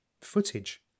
footage